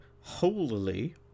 wholly